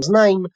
מאזנים,